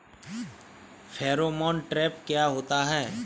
Pheromone trap क्या होता है?